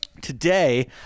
Today